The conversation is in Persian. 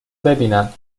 ببینم